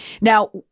Now